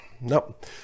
nope